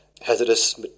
hazardous